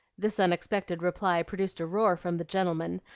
this unexpected reply produced a roar from the gentlemen,